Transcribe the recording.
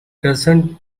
doesn’t